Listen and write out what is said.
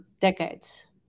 decades